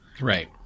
Right